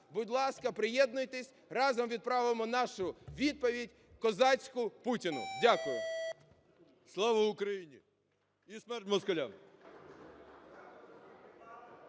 будь ласка, приєднуйтесь, разом відправимо нашу відповідь, козацьку, Путіну. Дякую. БАРНА О.С. Слава Україні! І смерть москалям!